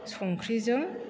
संख्रिजों